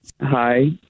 Hi